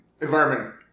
environment